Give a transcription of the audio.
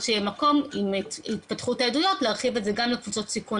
ניסינו את הכול, עם מה שהיה אז ברופאה.